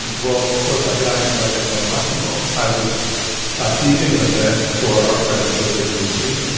and well, of course, i got invited by massimo. i was ah deejaying an event for our friend, giorgio de mitri.